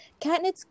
Katniss